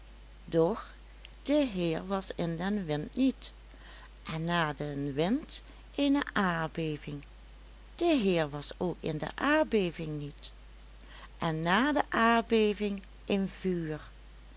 doch de heer was in den wind niet en na den wind eene aardbeving de heer was ook in de aardbeving niet en na de aardbeving een vuur